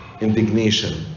indignation